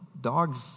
dogs